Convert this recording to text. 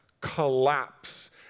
collapse